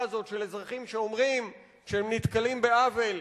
הזאת של אזרחים שאומרים שהם נתקלים בעוול: